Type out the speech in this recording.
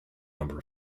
number